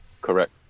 correct